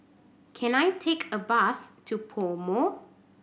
can I take a bus to PoMo